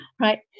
Right